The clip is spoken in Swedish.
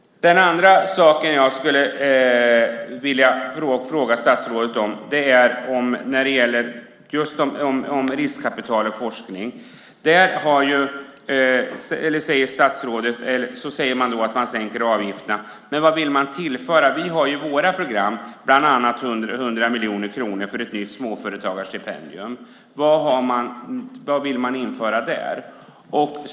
Det andra jag skulle vilja fråga statsrådet om gäller riskkapital och forskning. Ni säger att ni sänker avgifterna. Men vad vill ni tillföra? Vi har i våra program bland annat 100 miljoner kronor för ett nytt småföretagarstipendium. Vad vill ni införa där?